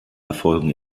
erfolgen